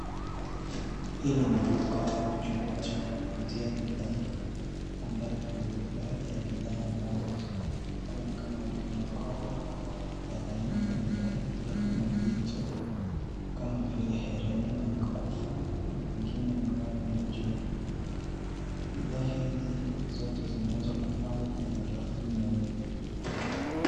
Hili ni duka au chumba cha kuuzia bidhaa ambapo baadhi ya bidhaa ambazo ziko huku ni kama mikoba ya aina mbali mbali na Kuna vitu kama vile herini na mikufu ya na pengine. Bidhaa hizi zote zimepangwa kwenye rafu nyeupe.